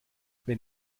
wenn